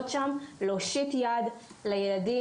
להיות שם, להושיט יד לילדים